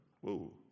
Whoa